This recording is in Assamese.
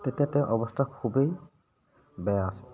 তেতিয়া তেওঁ অৱস্থা খুবেই বেয়া আছিল